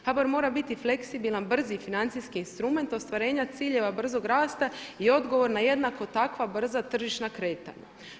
HBOR mora biti fleksibilan, brzi financijski instrument ostvarenja ciljeva brzog rasta i odgovor na jednako takva brza tržišna kretanja.